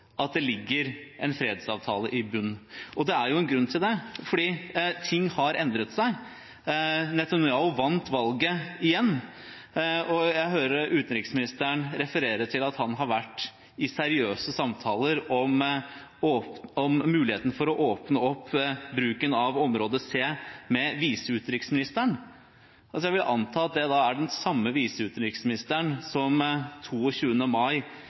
at det ligger en fredsavtale i bunnen, og det er en grunn til det: Ting har endret seg. Netanyahu vant valget igjen. Og jeg hørte utenriksministeren referere til at han har vært i seriøse samtaler med viseutenriksministeren om muligheten for å åpne opp bruken av område C. Jeg vil anta at det er den samme viseutenriksministeren som 22. mai